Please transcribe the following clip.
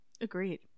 agreed